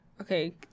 Okay